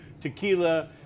Tequila